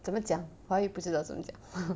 怎么讲华语不知道怎么讲